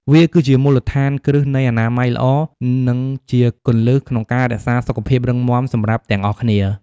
វាគឺជាមូលដ្ឋានគ្រឹះនៃអនាម័យល្អ និងជាគន្លឹះក្នុងការរក្សាសុខភាពរឹងមាំសម្រាប់ទាំងអស់គ្នា។